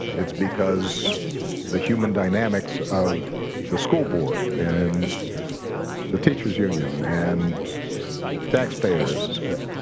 it's because the human dynamics of the school board and the teachers union and taxpayers,